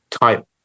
type